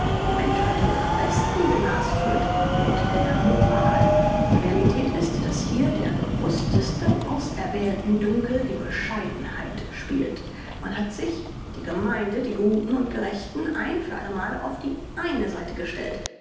die menschheit wird am besten genasführt mit der moral die realität ist daß hier der bewußteste auserwählten dünkel die bescheidenheit spielt man hat sich die gemeinde die guten und gerechten ein für alle mal auf die eine seite gestellt